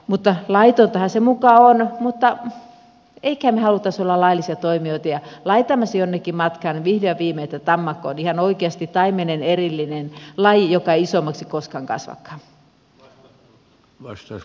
laitontahan se muka on mutta emmeköhän me haluaisi olla laillisia toimijoita ja laitamme sen jonnekin matkaan vihdoin ja viimein että tammakko on ihan oikeasti taimenen erillinen laji joka ei isommaksi koskaan kasvakaan